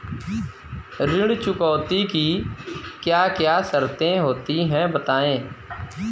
ऋण चुकौती की क्या क्या शर्तें होती हैं बताएँ?